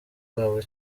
babo